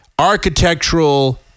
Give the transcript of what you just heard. architectural